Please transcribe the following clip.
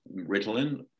Ritalin